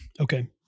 Okay